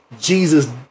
Jesus